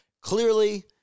Clearly